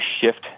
shift